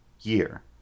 year